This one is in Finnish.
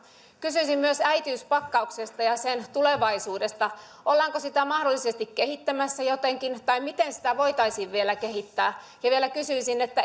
kysyisin myös äitiyspakkauksesta ja sen tulevaisuudesta ollaanko sitä mahdollisesti kehittämässä jotenkin tai miten sitä voitaisiin vielä kehittää vielä kysyisin